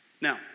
Now